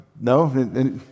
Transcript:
No